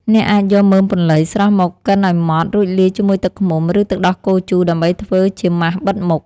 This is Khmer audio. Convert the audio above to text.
អ្នកអាចយកមើមពន្លៃស្រស់មកកិនឲ្យម៉ដ្ឋ រួចលាយជាមួយទឹកឃ្មុំ ឬទឹកដោះគោជូរដើម្បីធ្វើជាម៉ាសបិទមុខ។